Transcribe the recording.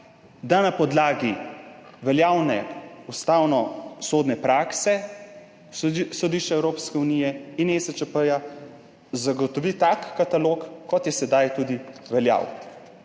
da na podlagi veljavne ustavnosodne prakse sodišča Evropske unije in ESČP zagotovi tak katalog, kot je sedaj tudi veljal.